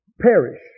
perish